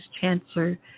Chancellor